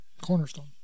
cornerstone